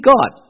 God